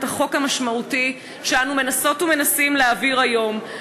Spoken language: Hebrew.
החוק המשמעותי שאנו מנסות ומנסים להעביר היום.